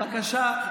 בבקשה.